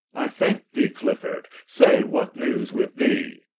i thanke thee clifford say, what newes with thee?